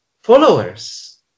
followers